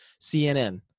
CNN